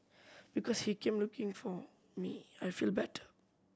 because he came looking for me I feel better